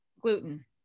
Gluten